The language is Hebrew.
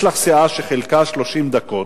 יש לך סיעה שחילקה 30 דקות.